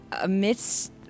amidst